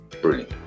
brilliant